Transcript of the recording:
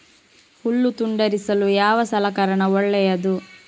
ಹುಲ್ಲು ತುಂಡರಿಸಲು ಯಾವ ಸಲಕರಣ ಒಳ್ಳೆಯದು?